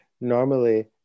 Normally